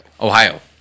Ohio